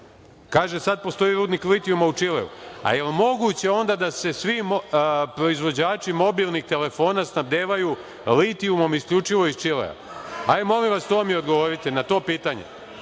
Kaže sad - postoji rudnik litijuma u Čileu. A jel moguće onda da se svi proizvođači mobilnih telefona snabdevaju litijumom isključivo iz Čilea? Hajde, molim vas, odgovorite mi na to pitanje.